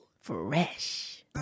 Fresh